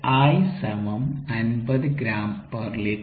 5 Si 50 gl